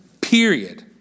period